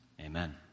Amen